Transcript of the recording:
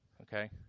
Okay